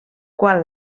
qual